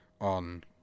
on